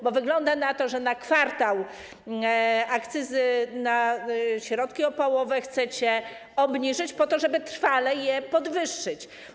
Bo wygląda na to, że na kwartał akcyzę na środki opałowe chcecie obniżyć po to, żeby trwale ją podwyższyć.